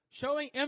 Showing